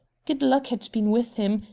good-luck had been with him,